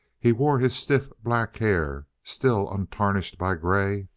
he wore his stiff black hair, still untarnished by gray,